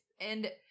And-